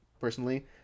Personally